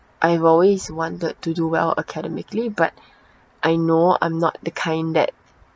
I've always wanted to do well academically but I know I'm not the kind that